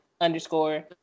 underscore